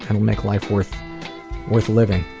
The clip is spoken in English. kind of make life worth worth living.